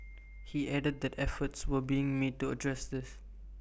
he added that efforts were being made to address this